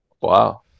Wow